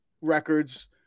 records